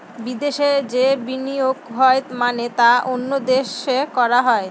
বিদেশে যে বিনিয়োগ হয় মানে তা অন্য দেশে করা হয়